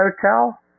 Hotel